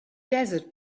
desert